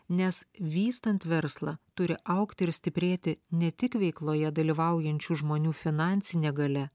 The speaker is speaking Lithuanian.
nes vystant verslą turi augti ir stiprėti ne tik veikloje dalyvaujančių žmonių finansinė galia